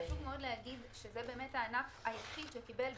חשוב להגיד שזה הענף היחיד שקיבל,